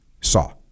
saw